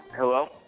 Hello